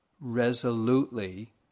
resolutely